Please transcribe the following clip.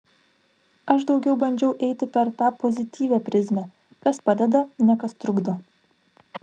aš daugiau bandžiau eiti per tą pozityvią prizmę kas padeda ne kas trukdo